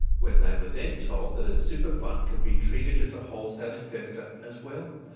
when they were then told that a super fund could be treated as a wholesale investor as well.